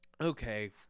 okay